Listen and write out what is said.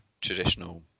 traditional